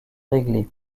réglées